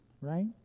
right